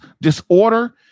disorder